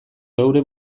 geure